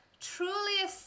Truly